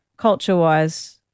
Culture-wise